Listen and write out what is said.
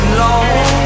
long